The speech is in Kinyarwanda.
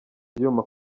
byuma